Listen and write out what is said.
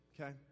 okay